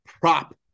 prop